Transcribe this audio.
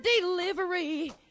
delivery